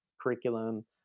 curriculum